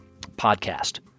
podcast